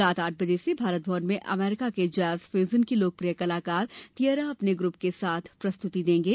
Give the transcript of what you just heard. रात आठ बजे भारत भवन में अमेरिका के जैज फ्यूजन के लोकप्रिय कलाकार तिएरा अपने ग्रुप के साथ प्रस्तुति देंगे